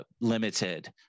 limited